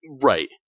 Right